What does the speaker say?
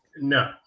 No